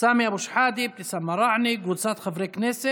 סמי אבו שחאדה, אבתיסאם מראענה וקבוצת חברי הכנסת,